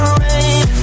rain